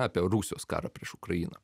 apie rusijos karo prieš ukrainą